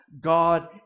God